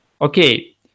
okay